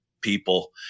people